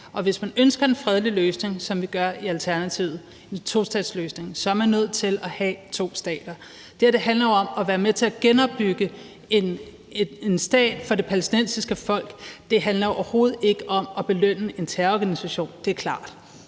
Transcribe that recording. Hvis man ønsker en fredelig løsning, som vi gør i Alternativet, en tostatsløsning, så er man nødt til at have to stater. Det her handler jo om at være med til at genopbygge en stat for det palæstinensiske folk. Det handler overhovedet ikke om at belønne en terrororganisation; det er klart.